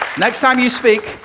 next time you speak,